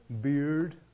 beard